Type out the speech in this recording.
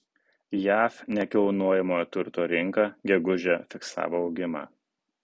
jav nekilnojamojo turto rinka gegužę fiksavo augimą